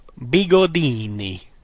Bigodini